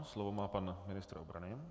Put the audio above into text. Slovo má pan ministr obrany.